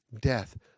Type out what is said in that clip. death